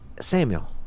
Samuel